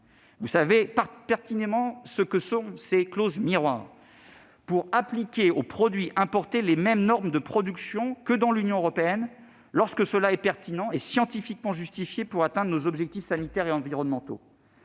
vous savez pertinemment qu'elles permettent d'appliquer aux produits importés les mêmes normes de production que dans l'Union européenne, lorsque cela est pertinent et scientifiquement justifié, pour atteindre nos objectifs sanitaires et environnementaux.